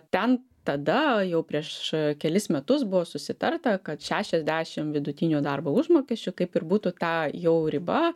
ten tada jau prieš kelis metus buvo susitarta kad šešiasdešimt vidutinio darbo užmokesčio kaip ir būtų ta jau riba